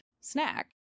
snack